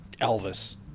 Elvis